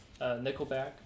Nickelback